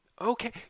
okay